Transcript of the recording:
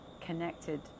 connected